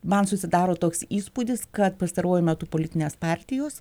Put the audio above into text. man susidaro toks įspūdis kad pastaruoju metu politinės partijos